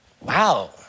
Wow